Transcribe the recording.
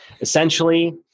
Essentially